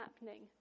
happening